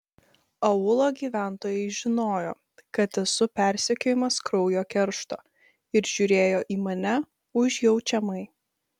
aūlo gyventojai žinojo kad esu persekiojamas kraujo keršto ir žiūrėjo į mane užjaučiamai